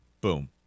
Boom